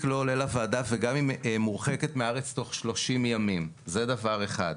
לא עולה לוועדה וגם היא מורחקת מהארץ בתוך 30 ימים זה דבר אחד.